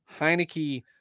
Heineke